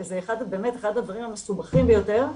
זה באמת אחד הדברים המסובכים ביותר.